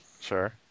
Sure